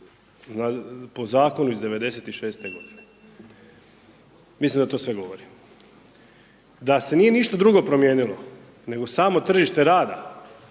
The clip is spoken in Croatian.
po zakonu iz '96. godine, mislim da to sve govori, da se nije ništa drugo promijenilo, nego samo tržište rada